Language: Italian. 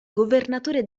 governatore